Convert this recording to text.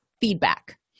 feedback